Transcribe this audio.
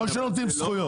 לא שנותנים זכויות,